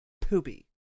poopy